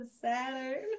Saturn